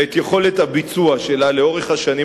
ואת יכולת הביצוע שלה לאורך השנים,